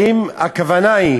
האם הכוונה היא